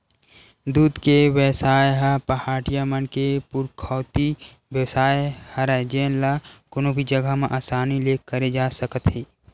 दूद के बेवसाय ह पहाटिया मन के पुरखौती बेवसाय हरय जेन ल कोनो भी जघा म असानी ले करे जा सकत हे